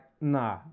nah